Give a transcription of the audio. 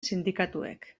sindikatuek